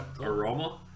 aroma